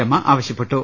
രമ ആവശ്യപ്പെട്ടു